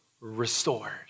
restored